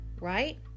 right